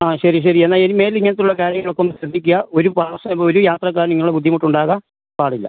ആ ശരി ശരി എന്നാൽ ഇനി മേലിൽ ഇങ്ങനെയുള്ള കാര്യങ്ങളൊക്കെ ഒന്ന് ശ്രദ്ധിക്കുക ഒരു ഒരു യാത്രക്കാരന് നിങ്ങൾ ബുദ്ധിമുട്ട് ഉണ്ടാകാൻ പാടില്ല